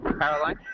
Caroline